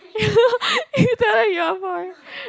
you you tell them you're bored